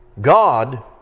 God